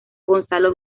gonzalo